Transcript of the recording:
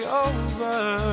over